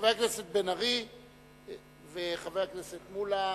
חבר הכנסת בן-ארי וחבר הכנסת מולה,